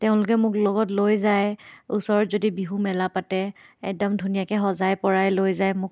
তেওঁলোকে মোক লগত লৈ যায় ওচৰত যদি বিহু মেলা পাতে একদম ধুনীয়াকৈ সজাই পৰাই লৈ যায় মোক